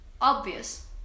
obvious